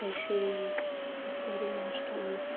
તે શેરી તે શેરીના સ્ટોલ